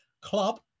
club